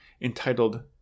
entitled